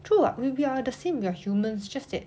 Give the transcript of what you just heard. true [what] we are the same we are humans just that